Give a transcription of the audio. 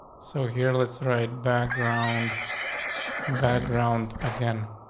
so here, let's write background background again.